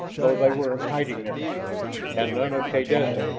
though they were in hiding there and none of kaydessa.